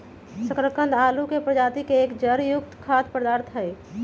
शकरकंद आलू के प्रजाति के एक जड़ युक्त खाद्य पदार्थ हई